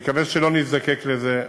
אני מקווה שלא נזדקק לזה.